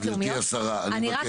גברתי השרה, אני מבקש.